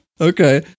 Okay